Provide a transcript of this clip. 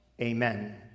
amen